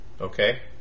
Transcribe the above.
Okay